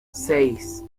seis